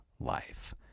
life